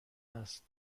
است